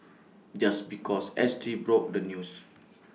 just because S T broke the news